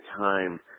time